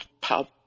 pub